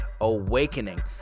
awakening